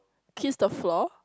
kiss the floor